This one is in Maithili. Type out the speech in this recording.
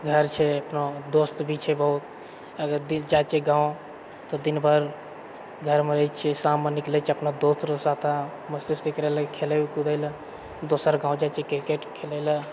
घर छै अपनो दोस्त भी छै बहुत अगर दिख जाइत छेै गाँव तऽ दिन भरि घरमे रहए छियै शाममे निकलै छिए अपना दोस्त लोग साथही मस्ती वस्ती करै लए खेलै कूदै लए दोसर गाँव जाइत छिऐ क्रिकेट खेलए लए